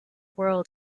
world